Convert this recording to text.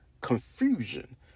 Confusion